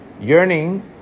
Yearning